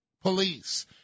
police